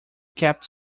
kept